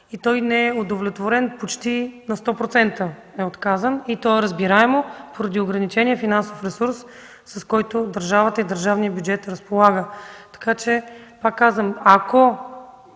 и не е удовлетворен, почти на 100% е отказан. И то е разбираемо – поради ограничения финансов ресурс, с който държавата и държавния бюджет разполага. Пак казвам, ако